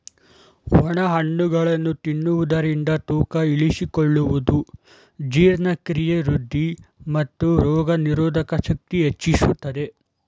ಒಣ ಹಣ್ಣುಗಳನ್ನು ತಿನ್ನುವುದರಿಂದ ತೂಕ ಇಳಿಸಿಕೊಳ್ಳುವುದು, ಜೀರ್ಣಕ್ರಿಯೆ ವೃದ್ಧಿ, ಮತ್ತು ರೋಗನಿರೋಧಕ ಶಕ್ತಿ ಹೆಚ್ಚಿಸುತ್ತದೆ